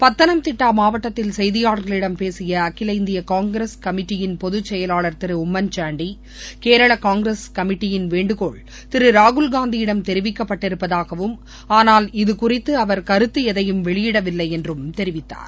பதனம்திட்டா மாவட்டத்தில் செய்தியாளர்களிடம் பேசிய அகில இந்திய காங்கிரஸ் கமிட்டியின் பொதுச்செயலாளர் திரு உம்மன்சாண்டி கேரள காங்கிரஸ் கமிட்டியின் வேண்டுகோள் திரு ராகுல் காந்தியிடம் தெரிவிக்கப்பட்டிருப்பதாகவும் ஆனால் இதுகுறித்து அவர் கருத்து எதையும வெளியிடவில்லை என்றும் தெரிவித்தார்